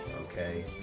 okay